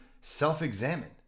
self-examine